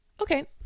Okay